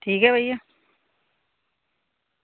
ठीक ऐ भइया